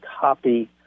copy